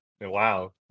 Wow